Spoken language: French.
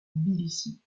tbilissi